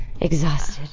exhausted